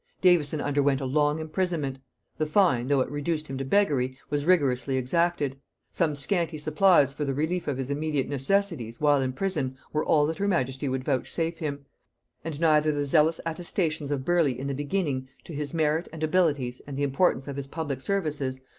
davison underwent a long imprisonment the fine, though it reduced him to beggary, was rigorously exacted some scanty supplies for the relief of his immediate necessities, while in prison, were all that her majesty would vouchsafe him and neither the zealous attestations of burleigh in the beginning to his merit and abilities and the importance of his public services,